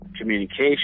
communication